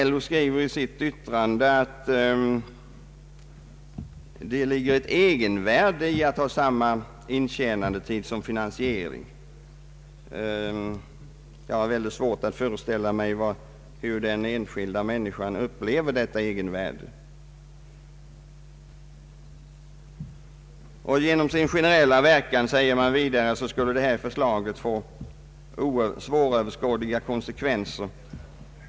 LO skriver i sitt yttrande att det ligger ett egenvärde i att ha samma intjänandetid som finansieringstid. Jag har mycket svårt att föreställa mig hur den enskilda människan upplever detta egenvärde. Genom sin generella verkan, säger LO vidare, skulle detta förslag få svåröverskådliga konsekvenser.